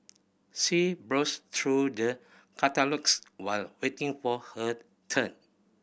she browsed through the catalogues while waiting for her turn